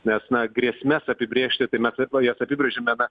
nes na grėsmes apibrėžti tai mes vat jie jas apibrėžiame na